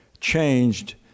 changed